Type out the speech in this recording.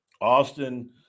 austin